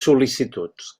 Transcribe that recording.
sol·licituds